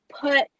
put